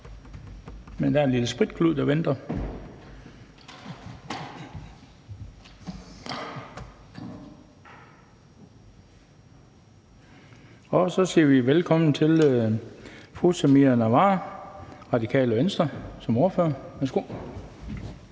men der er en lille afspritningsklud, der venter. Så siger vi velkommen til fru Samira Nawa, Radikale Venstre, som ordfører. Værsgo.